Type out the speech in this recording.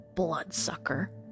bloodsucker